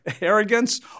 arrogance